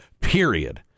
period